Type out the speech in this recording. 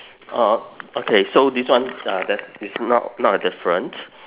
orh okay so this one uh there's is not not a difference